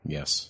Yes